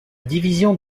division